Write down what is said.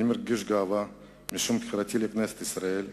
אני מרגיש גאווה משום שבחירתי לכנסת ישראל,